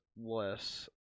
less